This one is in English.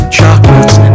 chocolates